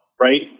right